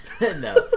No